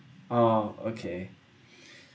oh okay